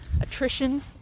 Attrition